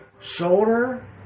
shoulder